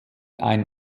ein